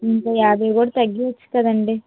ఇంకా యాభై తగ్గించవచ్చు కదండిడి